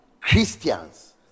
christians